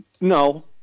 No